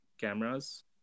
cameras